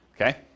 Okay